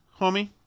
homie